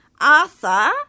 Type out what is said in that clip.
Arthur